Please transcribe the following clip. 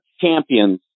champions